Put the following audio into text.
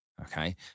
Okay